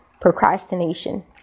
Procrastination